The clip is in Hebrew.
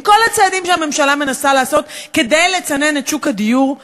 עם כל הצעדים שהממשלה מנסה לעשות כדי לצנן את שוק הדיור,